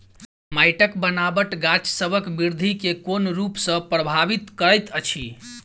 माइटक बनाबट गाछसबक बिरधि केँ कोन रूप सँ परभाबित करइत अछि?